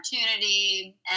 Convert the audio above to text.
opportunity